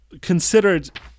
considered